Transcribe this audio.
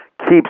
keeps